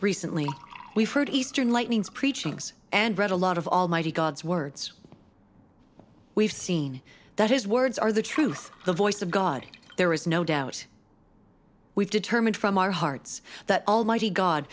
recently we've heard eastern lightnings preachings and read a lot of almighty god's words we've seen that his words are the truth the voice of god there is no doubt we've determined from our hearts that almighty god